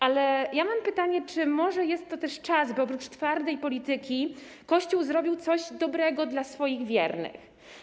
Ale mam pytanie: Czy może jest to też czas, by oprócz twardej polityki Kościół zrobił coś dobrego dla swoich wiernych?